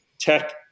tech